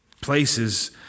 places